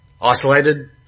Isolated